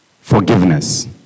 Forgiveness